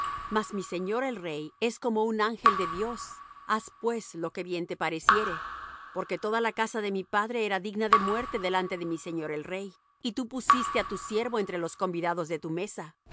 mas mi señor el rey es como un ángel de dios haz pues lo que bien te pareciere porque toda la casa de mi padre era digna de muerte delante de mi señor el rey y tú pusiste á tu siervo entre los convidados de tu mesa